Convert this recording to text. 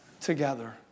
together